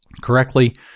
correctly